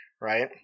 right